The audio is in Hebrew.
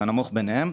הנמוך ביניהם,